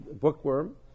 bookworm